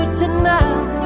tonight